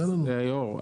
היו"ר,